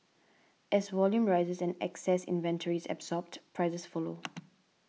as volume rises and excess inventory is absorbed prices follow